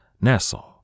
Nassau